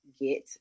get